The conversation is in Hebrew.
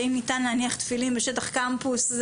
האם אפשר להניח תפילין בשטח הקמפוס,